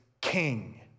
king